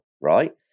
right